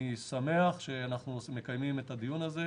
אני שמח שאנחנו מקיימים את הדיון הזה.